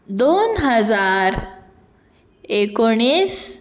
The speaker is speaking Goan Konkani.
दोन हजार एकोणीस